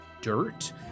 dirt